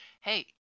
Hey